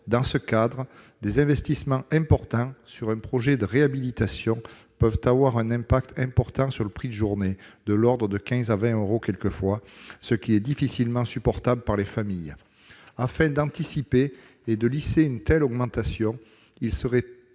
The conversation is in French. dans ce cadre, des investissements importants, sur un projet de réhabilitation, peuvent avoir un impact important sur le prix de journée- de l'ordre de 15 à 20 euros quelquefois -, ce qui est difficilement supportable par les familles. Afin d'anticiper et de lisser une telle augmentation, il serait pertinent